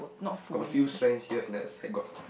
got a few strands here and that side I got